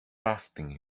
rafting